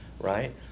right